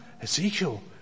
Ezekiel